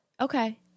Okay